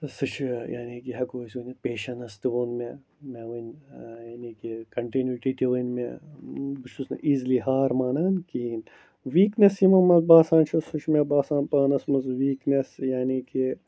سُہ چھُ یعنی کہِ ہٮ۪کو أسۍ ؤنِتھ پیشنٕس تہٕ ووٚن مےٚ مےٚ ؤنۍ یعنی کہِ کَنٹیوٗنیوٗٹی تہِ ؤنۍ مےٚ بہٕ چھُس نہٕ ایٖزلی ہار مانان کِہیٖنۍ ویٖکنٮ۪س یِمو مےٚ باسان چھُ سُہ چھُ مےٚ باسان پانَس منٛز ویٖکنٮ۪س یعنی کہِ